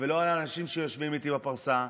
ולא על אנשים שיושבים איתי בפרסה.